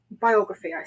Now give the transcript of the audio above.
biography